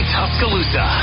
Tuscaloosa